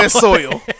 soil